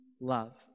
love